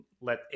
let